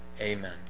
Amen